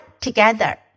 together